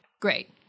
Great